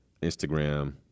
Instagram